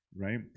right